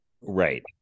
right